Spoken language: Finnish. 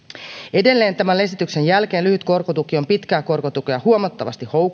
edelleen tämän esityksen jälkeen lyhyt korkotuki on pitkää korkotukea huomattavasti